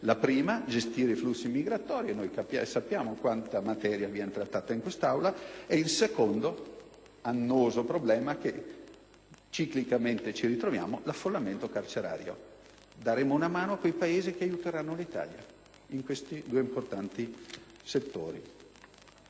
la gestione dei flussi migratori, e sappiamo quanta materia viene trattata in quest'Aula; il secondo annoso problema, che ciclicamente ci ritroviamo, è l'affollamento carcerario. Daremo una mano a quei Paesi che aiuteranno l'Italia in questi due importanti settori.